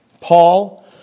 Paul